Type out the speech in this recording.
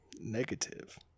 Negative